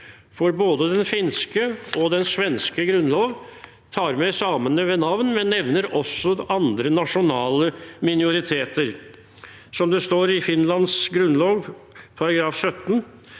For både den finske og den svenske grunnlov tar med samene ved navn, men nevner også andre nasjonale minoriteter. Som det står i Finlands grunnlov, § 17: